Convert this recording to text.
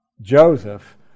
Joseph